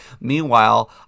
Meanwhile